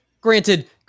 granted